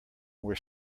were